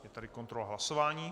Je tady kontrola hlasování.